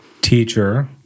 teacher